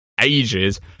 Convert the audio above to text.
ages